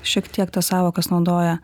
šiek tiek tas sąvokas naudoja